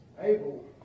Abel